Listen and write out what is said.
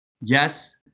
Yes